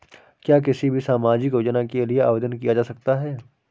क्या किसी भी सामाजिक योजना के लिए आवेदन किया जा सकता है?